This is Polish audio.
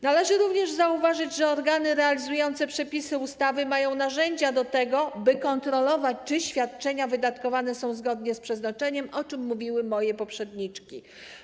Należy również zauważyć, że organy realizujące przepisy ustawy mają narzędzia do tego, by kontrolować, czy świadczenia wydatkowane są zgodnie z przeznaczeniem, o czym mówiły moje poprzedniczki.